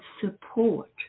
support